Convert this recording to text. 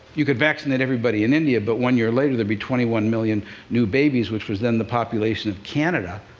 you could vaccinate everybody in india, but one year later there'd be twenty one million new babies, which was then the population of canada.